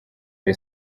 iri